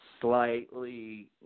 slightly